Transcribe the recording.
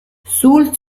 sul